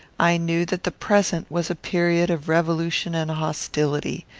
i knew that the present was a period of revolution and hostility.